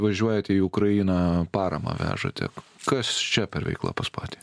važiuojate į ukrainą paramą vežate kas čia per veiklą pas patį